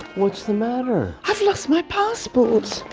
what's the matter? i've lost my passport. oh.